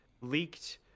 leaked